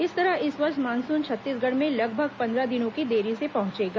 इस तरह इस वर्ष मानसून छत्तीसगढ़ में लगभग पंद्रह दिनों की देरी से पहुंचेगा